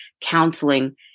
counseling